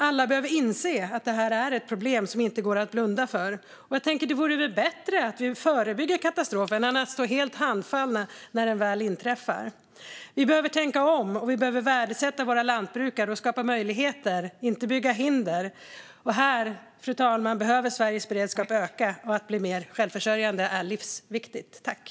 Alla behöver inse att det här är ett problem som det inte går att blunda för. Det vore väl bättre att vi förebygger katastrofen än att vi står helt handfallna när den väl inträffar. Vi behöver tänka om, och vi behöver värdesätta våra lantbrukare och skapa möjligheter - inte bygga hinder. Här, fru talman, behöver Sveriges beredskap öka. Det är livsviktigt att vi blir mer självförsörjande.